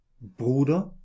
Bruder